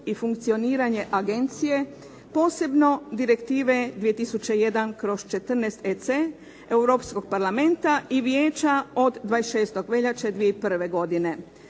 i funkcioniranje agencije posebno Direktive 2001/14 EC Europskog parlamenta i Vijeća od 26. veljače 2001. godine